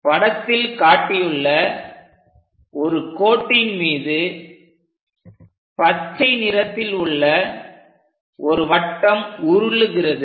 படத்தில் காட்டியுள்ள ஒரு கோட்டின் மீது பச்சை நிறத்தில் உள்ள ஒரு வட்டம் உருளுகிறது